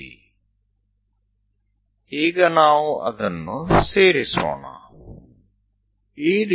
ચાલો આપણે આમાંથી જોડીએ